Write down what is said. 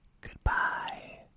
Goodbye